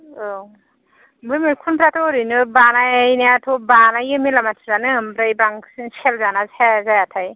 औ बे मैखुनफ्राथ' ओरैनो बानायनायाथ' बानायो मेरला मानसिफ्रानो ओमफ्राय बांसिन सेल जाना जाया जायाथाय